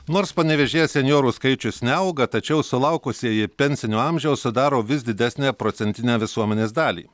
nors panevėžyje senjorų skaičius neauga tačiau sulaukusieji pensinio amžiaus sudaro vis didesnę procentinę visuomenės dalį